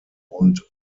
und